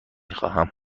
خواهم